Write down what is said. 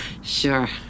Sure